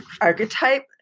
archetype